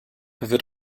wird